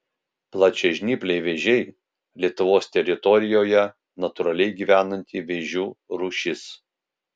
plačiažnypliai vėžiai lietuvos teritorijoje natūraliai gyvenanti vėžių rūšis